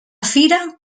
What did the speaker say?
fira